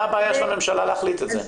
מה הבעיה של הממשלה להחליט את זה?